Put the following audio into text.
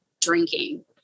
drinking